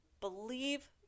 believe